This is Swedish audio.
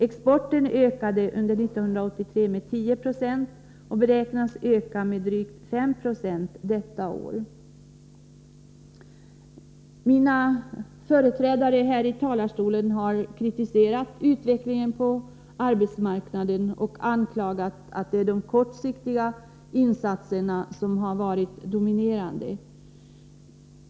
Exporten ökade under 1983 med 10 96 och beräknas öka med drygt 5 96 detta år. Mina föregångare här i talarstolen har kritiserat utvecklingen på arbetsmarknaden och riktat anklagelser mot att det är de kortsiktiga insatserna som har dominerat.